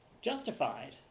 justified